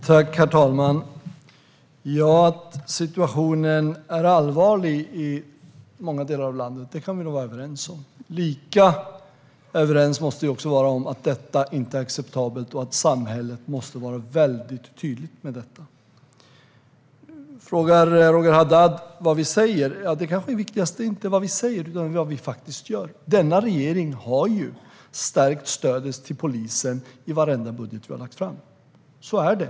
Herr talman! Att situationen är allvarlig i många delar av landet kan vi nog vara överens om. Lika överens måste vi vara om att detta inte är acceptabelt och att samhället måste vara tydligt med det. Roger Haddad frågar vad vi säger. Det viktigaste är kanske inte vad vi säger utan vad vi faktiskt gör. Denna regering har stärkt stödet till polisen i varenda budget vi har lagt fram. Så är det.